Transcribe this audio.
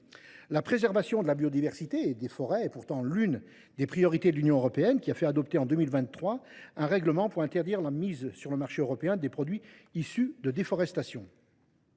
La préservation de la biodiversité et des forêts est pourtant l’une des priorités de l’Union européenne, qui a fait adopter en 2023 un règlement afin d’interdire la mise sur le marché européen de produits issus de la déforestation.